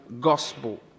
gospel